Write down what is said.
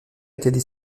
étaient